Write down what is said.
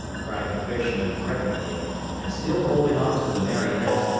cried the fisherman threateningly and still holding onto the marionette,